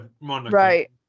Right